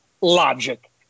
logic